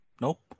Nope